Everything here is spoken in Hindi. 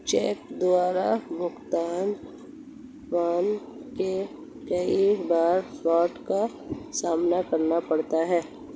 चेक द्वारा भुगतान पाने में कई बार फ्राड का सामना करना पड़ता है